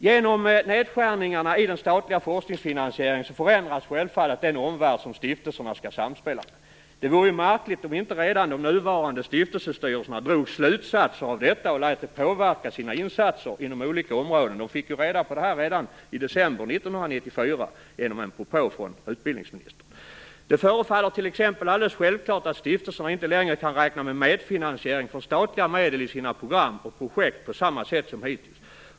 Genom nedskärningarna i den statliga forskningsfinansieringen förändras självfallet den omvärld som stiftelserna skall samspela med. Det vore ju märkligt om inte redan de nuvarande stiftelsestyrelserna drog slutsatser av detta och lät det påverka sina insatser inom olika områden. De fick ju reda på detta redan i december 1994 genom en propå från utbildningsministern. Det förefaller t.ex. alldeles självklart att stiftelserna inte längre kan räkna med medfinansiering från statliga medel i sina program och projekt på samma sätt som hittills.